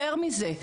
יותר מזה,